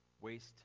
waste